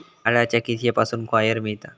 नारळाच्या किशीयेपासून कॉयर मिळता